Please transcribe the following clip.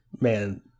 man